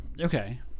okay